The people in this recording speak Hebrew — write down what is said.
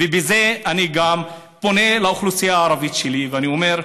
ובזה אני גם פונה לאוכלוסייה הערבית שלי ואני אומר: